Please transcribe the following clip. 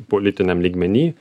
politiniam lygmeny